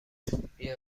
بیا